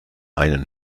einen